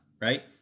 right